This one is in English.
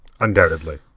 Undoubtedly